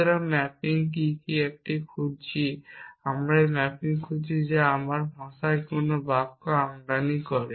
সুতরাং ম্যাপিং কি কি একটি খুঁজছি আমরা একটি ম্যাপিং খুঁজছি যা আমার ভাষায় কোনো বাক্য আমদানি করে